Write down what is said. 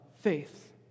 faith